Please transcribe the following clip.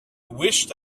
wished